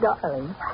darling